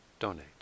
donate